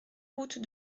route